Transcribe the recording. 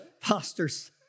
Pastors